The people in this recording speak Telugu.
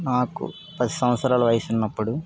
నాకు పది సంవత్సరాల వయసు ఉన్నప్పుడు